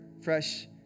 fresh